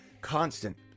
Constant